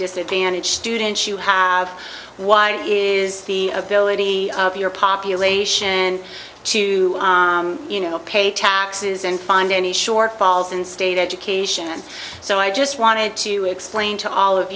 disadvantaged students you have why is the ability of your population to you know pay taxes and find any shortfalls in state education and so i just wanted to explain to all of